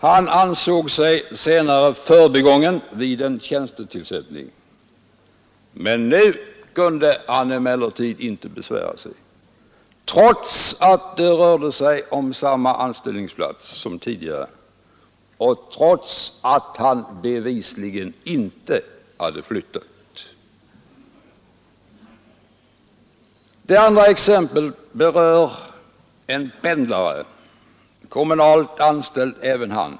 Han ansåg sig senare förbigången vid en tjänstetillsättning, men nu kunde han inte besvära sig, trots att det rörde sig om samma anställningsplats som tidigare, och trots att han bevisligen inte hade flyttat. Det andra exemplet berör en pendlare, kommunalt anställd även han.